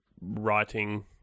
writing